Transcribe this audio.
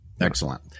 Excellent